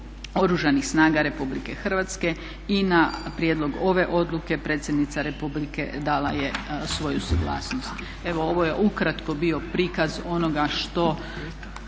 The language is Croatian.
Oružanih snaga Republike Hrvatske i na prijedlog ove odluke predsjednica Republike dala je svoju suglasnost. Evo ovo je ukratko bio prikaz onoga što